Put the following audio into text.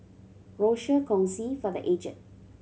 Rochor Kongsi for The Aged